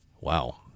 Wow